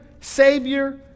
savior